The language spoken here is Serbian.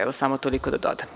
Evo samo toliko da dodam.